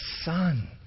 Son